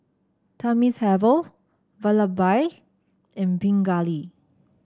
Thamizhavel Vallabhbhai and Pingali